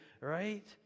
right